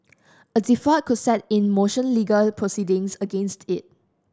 a default could set in motion legal proceedings against it